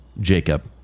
Jacob